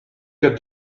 got